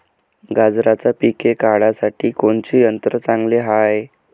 गांजराचं पिके काढासाठी कोनचे यंत्र चांगले हाय?